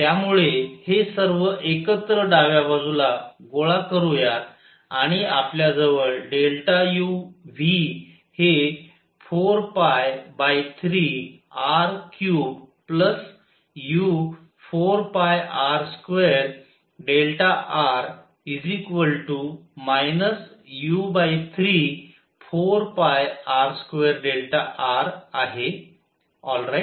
त्यामुळे हे सर्व एकत्र डाव्या बाजूला गोळा करूयात आणि आपल्याजवळ u Vहे 4π3r3u4πr2r u34πr2r आहे आलराइट